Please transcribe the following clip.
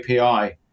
API